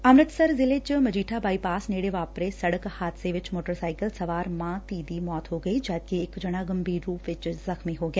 ਅੰਮ੍ਤਿਤਸਰ ਜ਼ਿਲ੍ਹੇ ਚ ਮਜੀਠਾ ਬਾਈਪਾਸ ਨੇੜੇ ਵਾਪਰੇ ਸੜਕ ਹਾਦਸੇ ਚ ਮੋਟਰਾਇਕਲ ਸਵਾਰ ਮਾਂ ਧੀ ਦੀ ਮੌਤ ਹੋ ਗਈ ਜਦਕਿ ਇੱਕ ਜਣਾ ਗੰਭੀਰ ਰੂਪ ਵਿੱਚ ਜ਼ਖਮੀ ਹੋ ਗਿਆ